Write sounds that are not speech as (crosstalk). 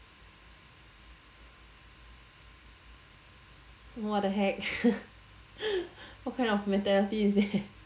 what the heck (laughs) what kind of mentality is it